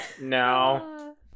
No